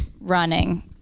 running